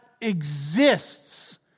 exists